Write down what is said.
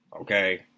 Okay